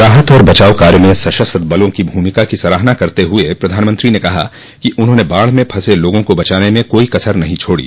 राहत और बचाव कार्य में सशस्त्र बलों की भूमिका की सराहना करते हुए प्रधानमंत्री ने कहा कि उन्होंने बाढ़ में फंसे लोगों को बचाने में कोई कसर नहीं छोड़ी